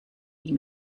ihm